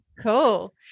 Cool